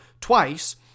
twice